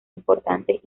importantes